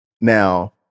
Now